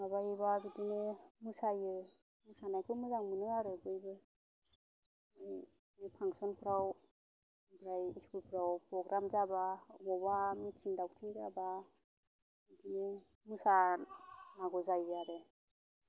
माबायोबा बिदिनो मोसायो मोसानायखौ मोजां मोनो आरो बयबो बे फांसनफ्राव ओमफ्राय इस्कुलफ्राराव प्रग्राम जाबा अबावबा मिथिं दावथिं जाबा बिदिनो मोसानांगौ जायो आरो